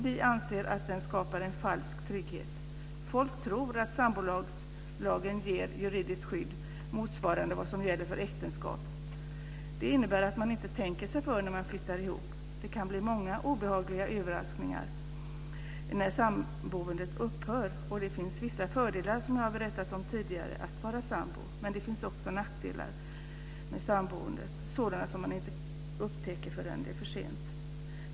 Vi anser att den skapar en falsk trygghet. Folk tror att sambolagen ger juridiskt skydd motsvarande vad som gäller för äktenskap. Det innebär att man inte tänker sig för när man flyttar ihop. Det kan bli många obehagliga överraskningar när samboendet upphör. Det finns vissa fördelar, som jag tidigare har berättat om, med att vara sambo, men det finns också nackdelar med samboendet - sådana som man inte upptäcker förrän det är för sent.